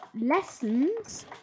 lessons